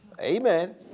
Amen